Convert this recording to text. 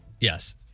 Yes